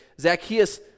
Zacchaeus